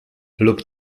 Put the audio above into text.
lub